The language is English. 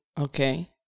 Okay